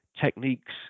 Techniques